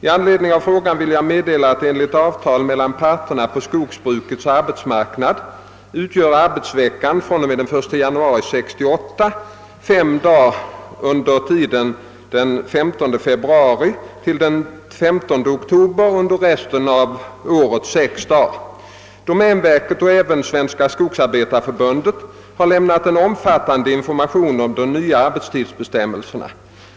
I anledning av frågan vill jag meddela att enligt avtal mellan parterna på skogsbrukets arbetsmarknad utgör arbetsveckan fr.o.m. den 1 januari 1968 fem dagar under tiden den 15 februari — den 135 oktober och under resten av året sex dagar. Domänverket och. även Svenska skogsarbetareförbundet har lämnat en omfattande information om de nya arbetstidsbestämmelserna.